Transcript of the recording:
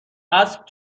اسب